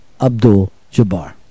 Abdul-Jabbar